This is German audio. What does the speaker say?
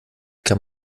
kann